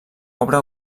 obra